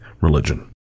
religion